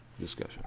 Discussion